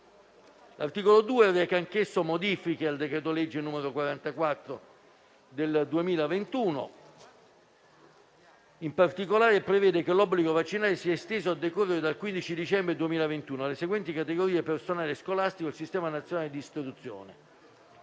L'articolo 2 reca anch'esso modifiche al decreto-legge n. 44 del 2021. In particolare, prevede che l'obbligo vaccinale sia esteso a decorrere dal 15 dicembre 2021 alle seguenti categorie: personale scolastico del sistema nazionale d'istruzione,